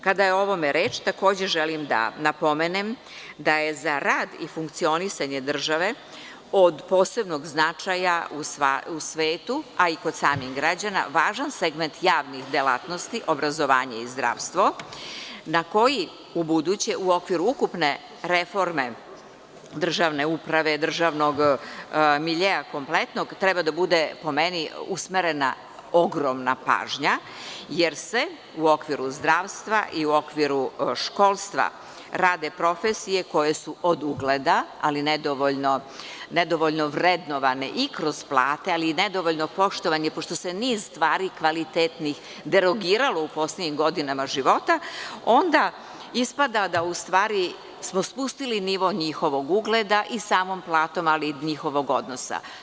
Kada je o ovome reč, takođe želim da napomenem da je za rad i funkcionisanje države od posebnog značaja u svetu, a i kod samih građana, važan segment javnih delatnosti, obrazovanje i zdravstvo, na koji ubuduće u okviru ukupne reforme državne uprave, državnog miljea kompletnog, treba da bude, po meni, usmerena ogromna pažnja, jer u okviru zdravstva i u okviru školstva rade profesije koje su od ugleda, ali nedovoljno vrednovane i kroz plate, ali i nedovoljno poštovane, pošto se niz stvari kvalitetnih derogiralo u poslednjim godinama života, onda ispada da smo u stvari spustili nivo njihovog ugleda i samom platom, ali i njihovog odnosa.